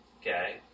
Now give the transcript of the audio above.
Okay